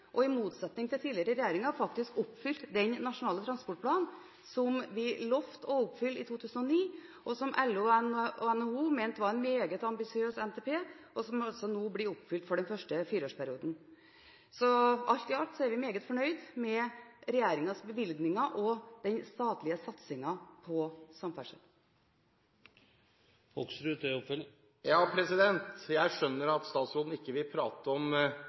og i motsetning til tidligere regjeringer har vi faktisk oppfylt den nasjonale transportplanen som vi lovte å oppfylle i 2009 – en NTP som LO og NHO mente var meget ambisiøs, og som altså nå blir oppfylt for den første fireårsperioden. Så alt i alt er vi meget fornøyd med regjeringens bevilgninger og den statlige satsingen på samferdsel. Jeg skjønner at statsråden ikke vil prate om